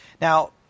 Now